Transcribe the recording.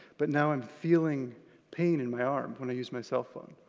but now i'm feeling pain in my arm when i use my cell phone,